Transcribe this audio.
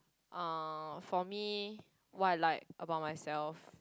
uh for me what I like about myself